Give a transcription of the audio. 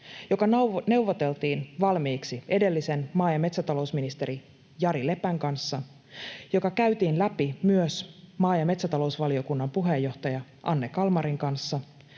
joka neuvoteltiin valmiiksi edellisen maa‑ ja metsätalousministerin Jari Lepän kanssa, joka käytiin läpi myös maa‑ ja metsätalousvaliokunnan puheenjohtaja Anne Kalmarin kanssa,